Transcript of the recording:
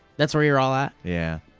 that's where you're all at? yeah.